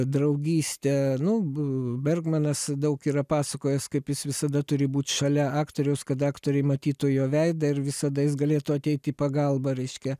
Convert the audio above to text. draugyste nu bergmanas daug yra pasakojęs kaip jis visada turi būt šalia aktoriaus kad aktoriai matytų jo veidą ir visada jis galėtų ateiti į pagalbą reiškia